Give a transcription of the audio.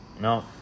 no